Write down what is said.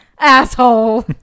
Asshole